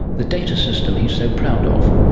the data system he's so proud of.